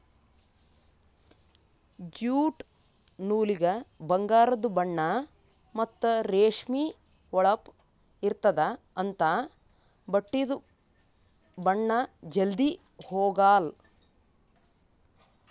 jute ನೂಲಿಗ ಬಂಗಾರದು ಬಣ್ಣಾ ಮತ್ತ್ ರೇಷ್ಮಿ ಹೊಳಪ್ ಇರ್ತ್ತದ ಅಂಥಾ ಬಟ್ಟಿದು ಬಣ್ಣಾ ಜಲ್ಧಿ ಹೊಗಾಲ್